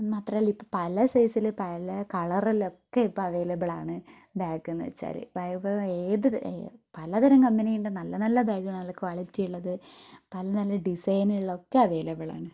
മാത്രമല്ല ഇപ്പോ പല സൈസിൽ പല കളറിലൊക്കെ ഇപ്പോ അവൈലബിൾ ആണ് ബാഗ് എന്ന് വെച്ചാല് അതായത് പലതരം കമ്പനി ഉണ്ട് നല്ല നല്ല ബാഗുകൾ നല്ല ക്വാളിറ്റി ഉള്ളത് പല നല്ല ഡിസൈൻ ഉള്ളതൊക്കെ അവൈലബിൾ ആണ്